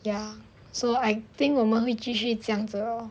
ya so I think 我们会继续这样子 lor